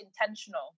intentional